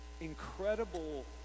incredible